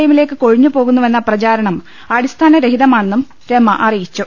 എമ്മിലേക്ക് കൊഴിഞ്ഞുപോകുന്നുവെന്ന പ്രചാ രണം അടിസ്ഥാന രഹിതമാണെന്നും രമ അറിയിച്ചു